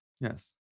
Yes